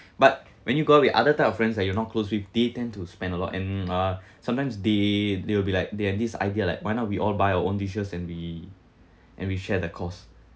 but when you go out with other type of friends like you're not close with they tend to spend a lot and uh sometimes they they will be like they had this idea like why not we all buy our own dishes and we and we share the cost